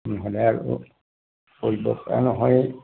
নহ'লে আৰু কৰিব পৰা নহয়ে